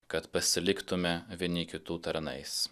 kad pasiliktume vieni kitų tarnais